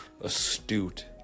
astute